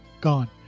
gone